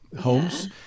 homes